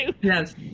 Yes